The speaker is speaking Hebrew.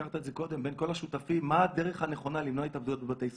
מה הדרך הנכונה למנוע התאבדויות בבתי ספר.